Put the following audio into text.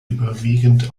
überwiegend